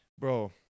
Bro